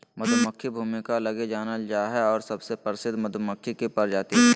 मधुमक्खी भूमिका लगी जानल जा हइ और सबसे प्रसिद्ध मधुमक्खी के प्रजाति हइ